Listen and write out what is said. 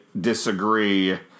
disagree